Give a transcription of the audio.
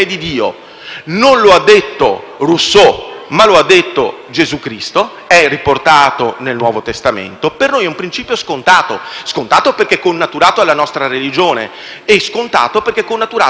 Rousseau, ma l'ha detta Gesù Cristo ed è riportata nel Nuovo Testamento, per noi è un principio scontato, perché connaturato alla nostra religione ed è scontato perché è connaturato ai principi della democrazia.